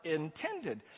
intended